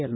L